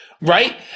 right